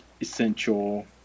essential